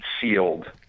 sealed